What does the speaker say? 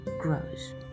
grows